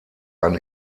ein